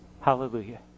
Hallelujah